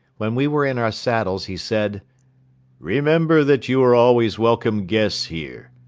when we were in our saddles he said remember that you are always welcome guests here.